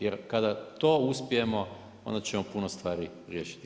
Jer kada to uspijemo onda ćemo puno stvari riješiti.